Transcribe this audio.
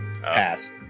pass